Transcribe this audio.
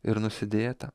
ir nusidėta